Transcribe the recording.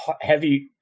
heavy